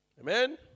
Amen